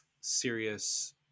serious